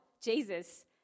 Jesus